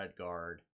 Redguard